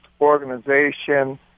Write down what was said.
organization